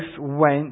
went